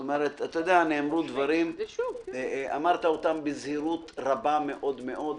נאמרו דברים, אמרת אותם בזהירות רבה מאוד מאוד,